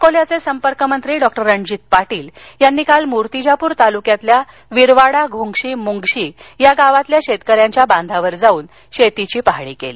अकोल्याचे संपर्क मंत्री डॉ रणजीत पाटील यांनी काल मूर्तिजापूर तालुक्यातल्या विरवाडा घुंगशी मुंगशी गावातील शेतकऱ्यांच्या बांधावर जाऊन नुकसानग्रस्त शेतीची पाहणी केली